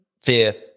fifth